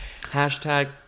hashtag